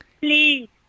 Please